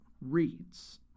reads